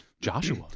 Joshua